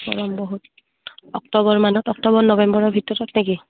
গৰম বহুত অক্টোবৰ মানত অক্টোবৰ নৱেম্বৰৰ ভিতৰত নেকি